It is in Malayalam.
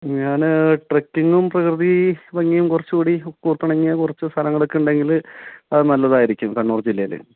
ഞാൻ ട്രക്കിങും പ്രകൃതി ഭംഗിയും കുറച്ച് കൂടി കൂട്ടിണങ്ങിയ കുറച്ച് സ്ഥലങ്ങളൊക്കെ ഉണ്ടെങ്കിൽ അത് നല്ലതായിരിക്കും കണ്ണൂർ ജില്ലയിൽ